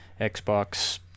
Xbox